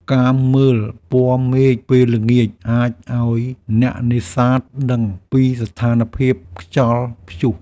ការមើលពណ៌មេឃពេលល្ងាចអាចឱ្យអ្នកនេសាទដឹងពីស្ថានភាពខ្យល់ព្យុះ។